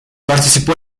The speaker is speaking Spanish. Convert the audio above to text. participó